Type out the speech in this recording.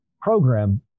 program